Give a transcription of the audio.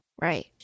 Right